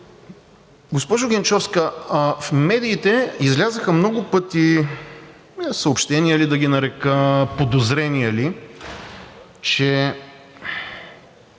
Госпожо Генчовска, в медиите излязоха много пъти съобщения ли да ги нарека, подозрения ли, че